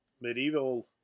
medieval